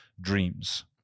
dreams